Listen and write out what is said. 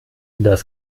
das